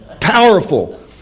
powerful